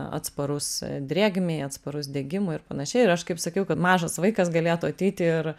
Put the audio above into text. atsparus drėgmei atsparus degimui ir panašiai ir aš kaip sakiau kad mažas vaikas galėtų ateiti ir